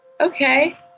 okay